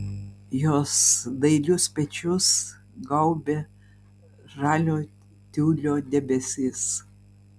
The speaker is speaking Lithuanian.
jos dailius pečius gaubė žalio tiulio debesis